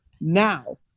now